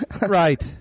Right